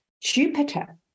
Jupiter